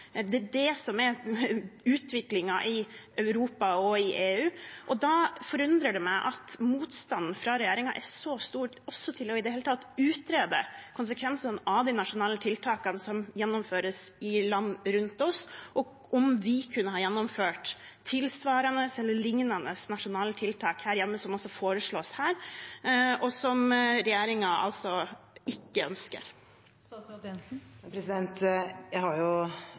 det er det som er utviklingen i Europa og i EU, og da forundrer det meg at motstanden fra regjeringen er så stor, også mot i det hele tatt å utrede konsekvensene av de nasjonale tiltakene som gjennomføres i land rundt oss, og om vi kunne ha gjennomført tilsvarende eller lignende nasjonale tiltak her hjemme – som foreslås her, og som regjeringen altså ikke ønsker.